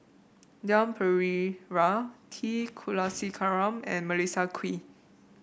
Leon Perera T Kulasekaram and Melissa Kwee